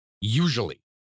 Usually